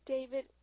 David